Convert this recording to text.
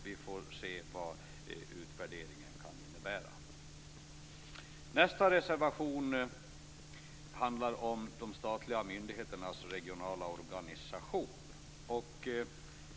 Vi får se vad utvärderingen kan leda fram till. Nästa reservation handlar om de statliga myndigheternas regionala organisation.